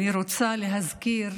אני רוצה להזכיר